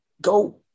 go